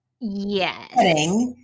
Yes